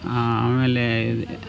ಆಮೇಲೆ